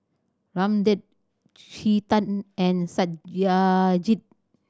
Ramdev Chetan and Satyajit